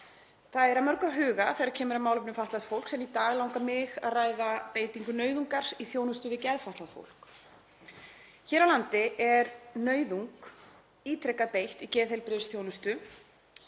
Það er að mörgu að huga þegar kemur að málefnum fatlaðs fólks en í dag langar mig að ræða beitingu nauðungar í þjónustu við geðfatlað fólk. Hér á landi er nauðung ítrekað beitt í geðheilbrigðisþjónustu